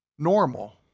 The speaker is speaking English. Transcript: normal